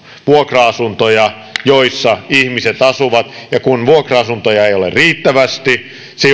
vuokra asuntoja joissa ihmiset asuvat ja kun kohtuuhintaisia vuokra asuntoja ei ole riittävästi se